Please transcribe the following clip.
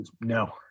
no